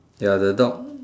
ya the dog